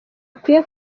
akwiye